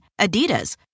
Adidas